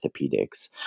orthopedics